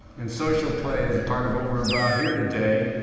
and social play is part of what we're about here today,